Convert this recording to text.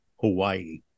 Hawaii